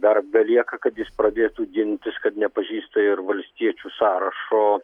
dar belieka kad jis pradėtų gintis kad nepažįsta ir valstiečių sąrašo